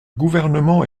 gouvernement